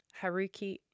Haruki